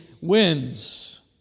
wins